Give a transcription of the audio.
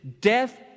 death